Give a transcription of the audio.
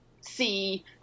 see